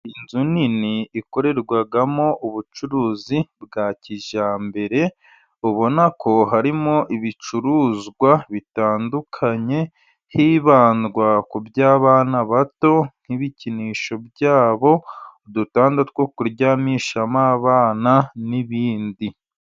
Inzu nini ikorerwamo ubucuruzi bwa kijyambere ubona ko harimo ibicuruzwa bitandukanye, hibandwa ku by'abana bato nk'ibikinisho byabo, udutanda two kuryamishamo abana, n'ibindi.